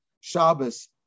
Shabbos